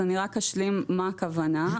אני רק אשלים מה הכוונה.